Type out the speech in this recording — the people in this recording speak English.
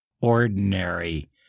ordinary